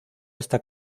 esta